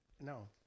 No